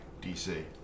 DC